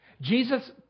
Jesus